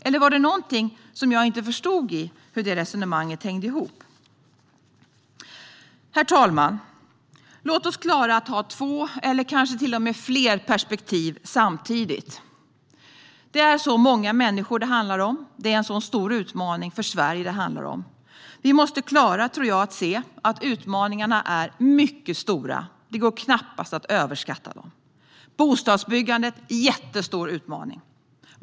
Eller var det någonting som jag inte förstod om hur det resonemanget hängde ihop? Herr talman! Låt oss klara att ha två, eller kanske till och med fler, perspektiv samtidigt. Det handlar om så många människor, och det är en mycket stor utmaning för Sverige. Jag tror att vi måste klara att se att utmaningarna är mycket stora - det går knappast att överskatta dem. Bostadsbyggandet är en jättestor utmaning.